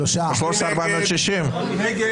הצבעה לא אושרה נפל.